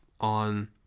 on